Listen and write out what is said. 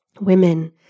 women